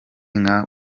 nka